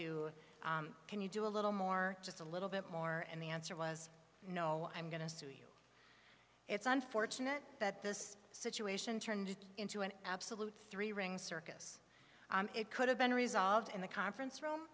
to can you do a little more just a little bit more and the answer was no i'm going to sue you it's unfortunate that this situation turned into an absolute three ring circus it could have been resolved in the conference room